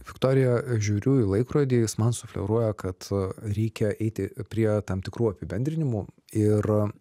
viktorija žiūriu į laikrodį jis man sufleruoja kad reikia eiti prie tam tikrų apibendrinimų ir